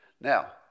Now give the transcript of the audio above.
Now